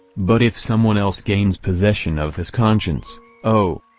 but if someone else gains possession of his conscience oh!